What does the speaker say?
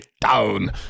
down